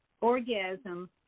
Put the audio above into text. orgasm